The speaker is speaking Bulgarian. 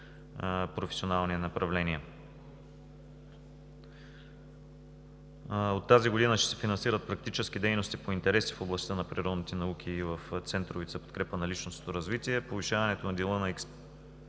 професионални направления. От тази година ще се финансират практически дейности по интереси в областта на природните науки и в центровете за подкрепа на личностното развитие. Повишаването на дела на